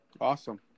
Awesome